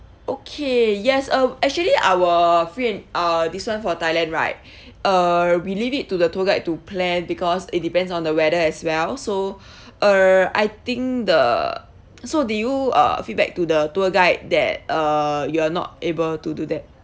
okay yes um actually our free and uh this [one] for thailand right err we leave it to the tour guide to plan because it depends on the weather as well so err I think the so did you uh feedback to the tour guide that err you are not able to do that